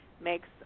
makes